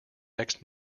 next